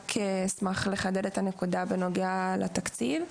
רק אשמח לחדד את הנקודה בנוגע לתקציב.